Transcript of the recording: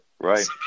Right